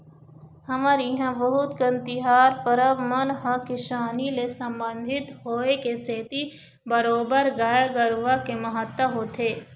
हमर इहाँ बहुत कन तिहार परब मन ह किसानी ले संबंधित होय के सेती बरोबर गाय गरुवा के महत्ता होथे